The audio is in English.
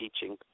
teaching